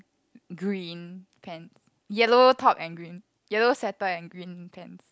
green pants yellow top and green yellow sweater and green pants